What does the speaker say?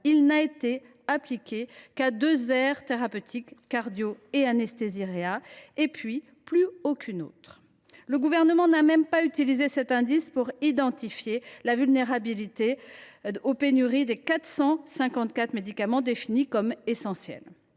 il n’a été appliqué qu’à deux aires thérapeutiques, la cardiologie et l’anesthésie réanimation, à aucune autre. Le Gouvernement n’a même pas utilisé cet indice pour identifier la vulnérabilité aux pénuries des 454 médicaments définis comme essentiels.